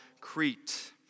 Crete